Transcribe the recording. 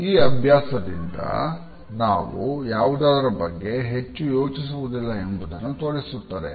ಈ ಅಭ್ಯಾಸದಿಂದ ನಾವು ಯಾವುದರಬಗ್ಗೆಯೂ ಹೆಚ್ಚು ಯೋಚಿಸುವುದಿಲ್ಲಎಂಬುದನ್ನು ತೋರಿಸುತ್ತದೆ